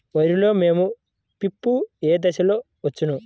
వరిలో మోము పిప్పి ఏ దశలో వచ్చును?